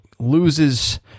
loses